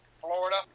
Florida